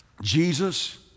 Jesus